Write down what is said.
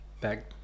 back